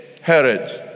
Herod